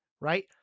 right